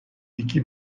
iki